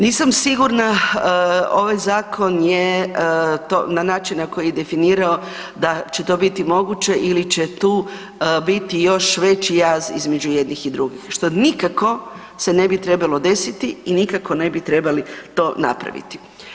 Nisam sigurna, ovaj Zakon je to, na način koji je definirao, da će to biti moguće ili će tu biti još veći jaz između jednih i drugih, što nikako se ne bi trebalo desiti i nikako ne bi trebali to napraviti.